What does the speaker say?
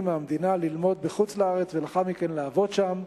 מהמדינה ללמוד בחוץ-לארץ ולאחר מכן לעבוד שם,